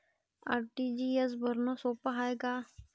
RTGS भरनं सोप हाय का?